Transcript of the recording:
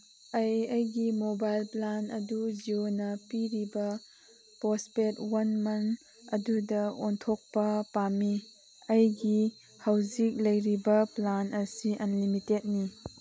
ꯑꯩ ꯑꯩꯒꯤ mobile plan ꯑꯗꯨ ꯖꯤꯌꯣꯅ ꯄꯤꯔꯤꯕ ꯄꯣꯁꯄꯦꯠ ꯋꯥꯟ ꯃꯟ ꯑꯗꯨꯗ ꯑꯣꯟꯊꯣꯛꯄ ꯄꯥꯝꯃꯤ ꯑꯩꯒꯤ ꯍꯧꯖꯤꯛ ꯂꯩꯔꯤꯕ ꯄ꯭ꯂꯥꯟ ꯑꯁꯤ ꯑꯟꯂꯤꯃꯤꯇꯦꯠꯅꯤ